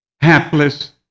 hapless